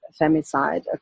femicide